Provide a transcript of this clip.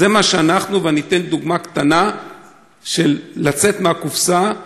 ואני אתן דוגמה קטנה של לצאת מהקופסה,